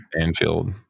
anfield